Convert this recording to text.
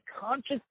conscious